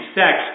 sex